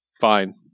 fine